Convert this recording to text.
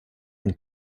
and